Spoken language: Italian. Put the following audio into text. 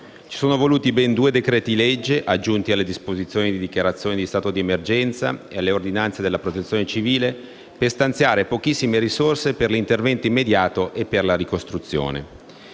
Ci sono voluti ben due decreti-legge, aggiunti alle disposizioni di dichiarazione di stato di emergenza e alle ordinanze della Protezione civile, per stanziare pochissime risorse per l'intervento immediato e per la ricostruzione.